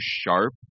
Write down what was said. sharp